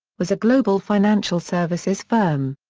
was a global financial services firm.